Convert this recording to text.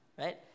right